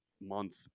month